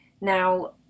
Now